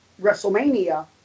WrestleMania